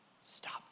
Stop